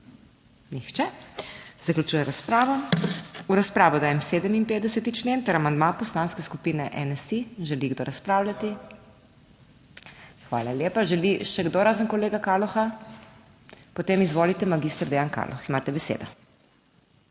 Nihče. Zaključujem razpravo. V razpravo dajem 57. člen ter amandma Poslanske skupine NSi. Želi kdo razpravljati? Hvala lepa, želi še kdo, razen kolega Kaloha potem? Izvolite, magister Dejan Kaloh, imate besedo.